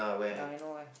ya I know where